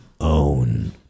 own